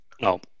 No